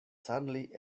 suddenly